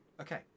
Okay